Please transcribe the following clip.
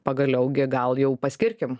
pagaliau gi gal jau paskirkim